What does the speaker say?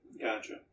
Gotcha